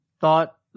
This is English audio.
thought